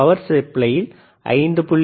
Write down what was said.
power சப்ளையில் 5